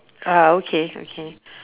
ah okay okay